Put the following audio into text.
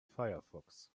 firefox